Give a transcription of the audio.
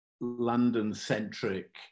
London-centric